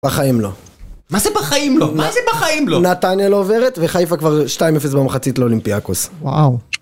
בחיים לא. מה זה בחיים לא? מה זה בחיים לא? נתניה לא עוברת וחיפה כבר 2-0 במחצית לאולימפיאקוס. וואו.